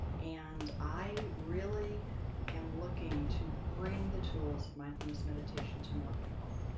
and i really am looking to bring the tools of mindfulness meditation to more people.